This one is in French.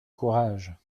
courage